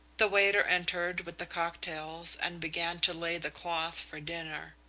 the waiter entered with the cocktails and began to lay the cloth for dinner.